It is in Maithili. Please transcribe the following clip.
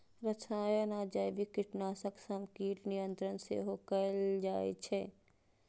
रसायन आ जैविक कीटनाशक सं कीट नियंत्रण सेहो कैल जाइ छै